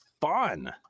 fun